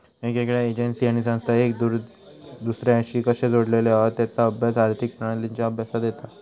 येगयेगळ्या एजेंसी आणि संस्था एक दुसर्याशी कशे जोडलेले हत तेचा अभ्यास आर्थिक प्रणालींच्या अभ्यासात येता